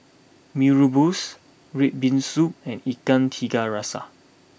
Mee Rebus Red Bean Soup and Ikan Tiga Rasa